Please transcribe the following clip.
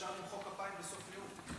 אפשר למחוא כפיים בסוף דיון.